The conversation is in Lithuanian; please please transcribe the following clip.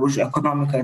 už ekonomiką